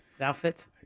outfits